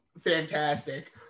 fantastic